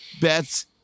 bets